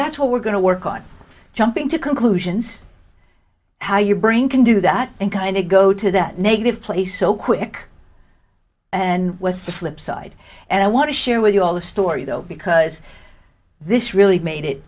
that's what we're going to work on jumping to conclusions how your brain can do that and kind of go to that negative place so quick and what's the flipside and i want to share with you all the story though because this really made it